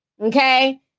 Okay